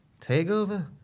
takeover